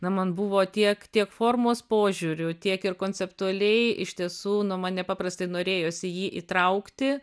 na man buvo tiek tiek formos požiūriu tiek ir konceptualiai iš tiesų nu man nepaprastai norėjosi jį įtraukti